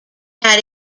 had